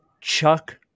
Chuck